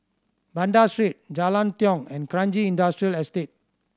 Banda Street Jalan Tiong and Kranji Industrial Estate